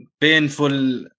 painful